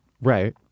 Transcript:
Right